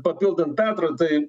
papildant petrą tai